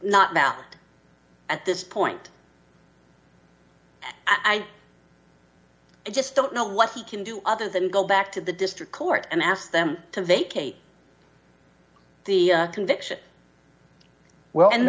not about at this point i just don't know what he can do other than go back to the district court and ask them to vacate the conviction well and